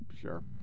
sure